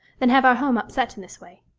than have our home upset in this way.